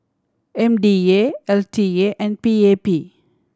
M D A L T A and P A P